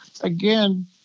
again